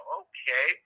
okay